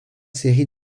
séries